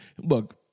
look